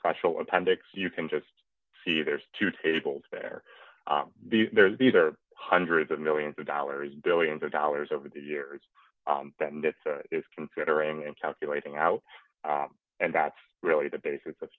special appendix you can just see there's two tables where there's either hundreds of millions of dollars billions of dollars over the years that is computer and calculating out and that's really the basis of